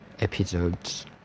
episodes